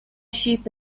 sheep